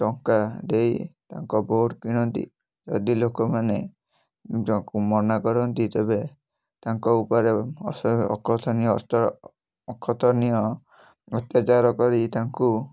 ଟଙ୍କା ଦେଇ ତାଙ୍କ ଭୋଟ୍ କିଣନ୍ତି ଯଦି ଲୋକମାନେ ଯ ମନା କରନ୍ତି ତେବେ ତାଙ୍କ ଉପରେ ଅସ ଅକଥନୀୟ ଅସ୍ତ୍ର ଅ ଅକଥନୀୟ ଅତ୍ୟାଚାର କରି ତାଙ୍କୁ